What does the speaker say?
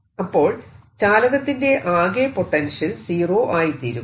അപ്പോൾ ചാലകത്തിന്റെ ആകെ പൊട്ടൻഷ്യൽ സീറോ ആയിത്തീരും